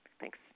Thanks